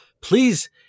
please